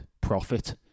profit